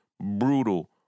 brutal